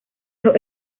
los